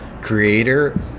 creator